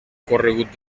corregut